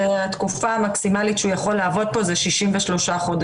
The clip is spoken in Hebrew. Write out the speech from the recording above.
התקופה המקסימלית שהוא יכול לעבוד פה זה 63 חודשים.